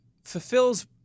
Fulfills